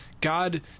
God